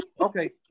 Okay